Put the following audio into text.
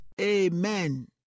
Amen